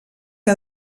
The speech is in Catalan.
que